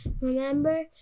Remember